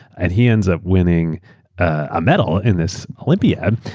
and he ends up winning a medal in this olympiad.